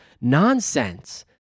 nonsense